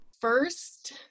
First